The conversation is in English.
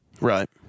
Right